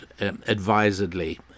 advisedly